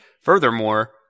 furthermore